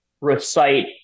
recite